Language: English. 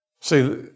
see